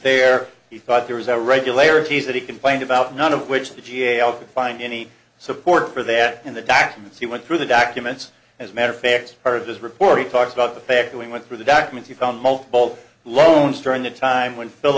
there he thought there was a regularities that he complained about none of which the g a o find any support for that in the documents he went through the documents as a matter fact part of this report he talks about the fact that we went through the documents you found multiple loans during the time when